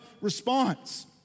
response